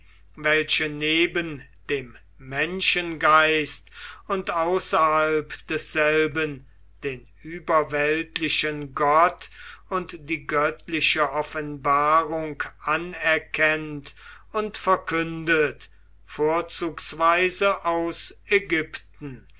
welche neben dem menschengeist und außerhalb desselben den überweltlichen gott und die göttliche offenbarung anerkennt und verkündet vorzugsweise aus ägypten